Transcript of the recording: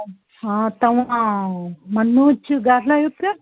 हा तव्हां मनोज ॻाल्हायो पिया